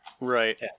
Right